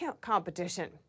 competition